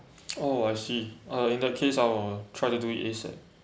oh I see uh in that case I will try to do it asap